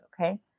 okay